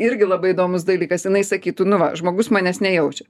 irgi labai įdomus dalykas jinai sakytų nu va žmogus manęs nejaučia